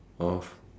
of